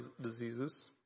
diseases